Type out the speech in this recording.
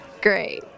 Great